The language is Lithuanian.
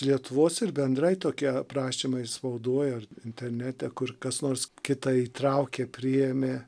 lietuvos ir bendrai tokie prašymai spaudoj ar internete kur kas nors kitą įtraukė priėmė